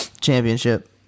championship